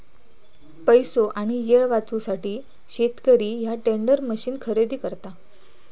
पैसो आणि येळ वाचवूसाठी शेतकरी ह्या टेंडर मशीन खरेदी करता